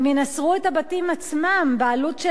גם ינסרו את הבתים עצמם בעלות,